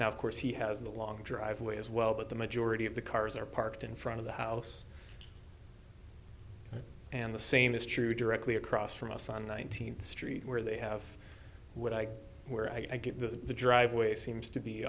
now of course he has the long driveway as well but the majority of the cars are parked in front of the house and the same is true directly across from us on nineteenth street where they have what i where i get the driveway seems to be